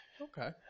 Okay